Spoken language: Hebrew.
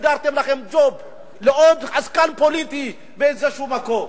סידרתם לכם ג'וב לעוד עסקן פוליטי מאיזשהו מקום.